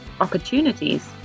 opportunities